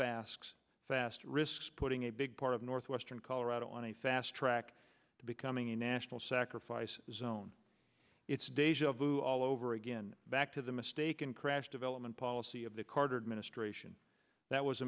basks fast risks putting a big part of north western colorado on a fast track to becoming a national sacrifice zone it's deja vu all over again back to the mistaken crash development policy of the carter administration that was a